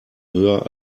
höher